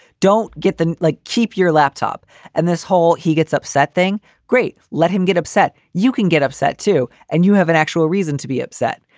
don't get them like keep your laptop and this this whole he gets upset thing. great. let him get upset. you can get upset, too. and you have an actual reason to be upset.